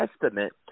Testament